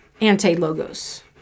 anti-logos